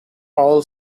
all